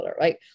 right